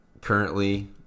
Currently